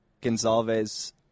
Gonzalez